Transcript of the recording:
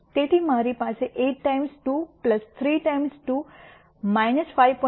તેથી મારી પાસે 8 ટાઈમ્સ 2 3 ટાઈમ્સ 2 5